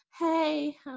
Hey